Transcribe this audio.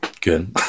good